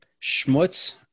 Schmutz